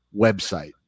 website